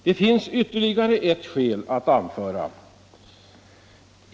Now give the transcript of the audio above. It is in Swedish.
Det finns ytterligare ett skäl att anföra.